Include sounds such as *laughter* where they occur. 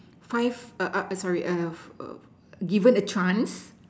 five uh uh sorry err *noise* given a chance